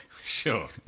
Sure